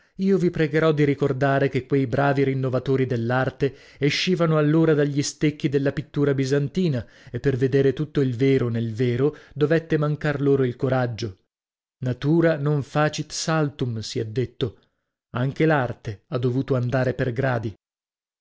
io vi pregherò di ricordare che quei bravi rinnovatori dell'arte escivano allora dagli stecchi della pittura bisantina e per vedere tutto il vero nel vero dovette mancar loro il coraggio natura non facit saltum si è detto anche l'arte ha dovuto andare per gradi